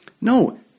no